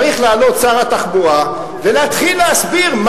צריך לעלות שר התחבורה ולהתחיל להסביר,